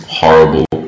horrible